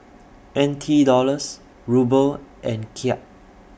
N T Dollars Ruble and Kyat